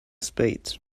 spade